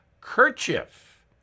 kerchief